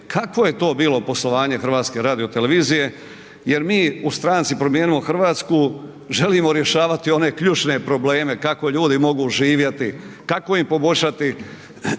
kakvo je to bilo poslovanje HRT-a jer mi u stranci Promijenimo Hrvatsku želimo rješavati one ključne probleme, kako ljudi mogu živjeti, kako im poboljšati